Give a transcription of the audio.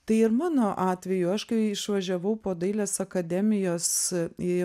tai ir mano atveju aš kai išvažiavau po dailės akademijos į